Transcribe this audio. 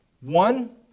One